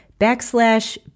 backslash